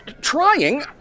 Trying